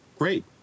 Great